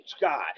God